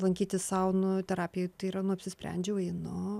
lankytis saunų terapijoj tai yra nu apsisprendžiau einu